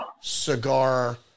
cigar